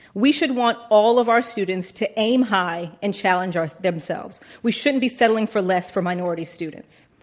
we should want all of our students to aim high and challenge our themselves. we shouldn't be settling for less for minority students.